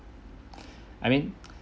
I mean